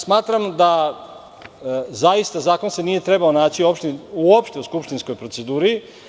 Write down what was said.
Smatram da se zakon nije trebao naći u skupštinskoj proceduri.